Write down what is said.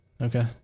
Okay